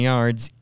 Yards